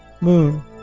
moon